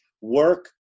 work